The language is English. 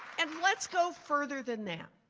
and let's go further than that.